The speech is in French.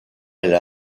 elle